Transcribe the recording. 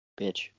bitch